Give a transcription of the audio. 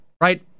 right